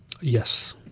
Yes